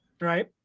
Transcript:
right